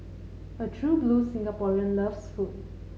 a true blue Singaporean loves food